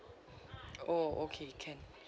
oh okay can